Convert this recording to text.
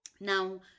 now